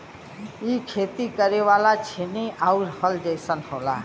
इ खेती करे वाला छेनी आउर हल जइसन होला